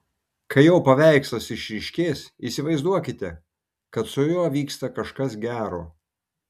kai jo paveikslas išryškės įsivaizduokite kad su juo vyksta kažkas gero